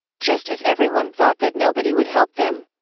just as everyone thought that nobody would help them,